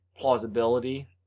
plausibility